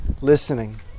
listening